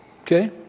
Okay